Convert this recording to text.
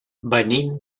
venim